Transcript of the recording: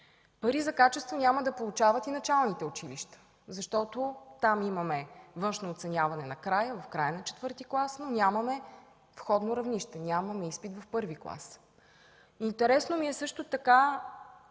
Пари за качество няма да получават и началните училища, защото там има външно оценяване в края на ІV клас и няма входно равнище, няма изпит в първи клас. Интересно ми е как